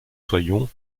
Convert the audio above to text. soyons